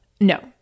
No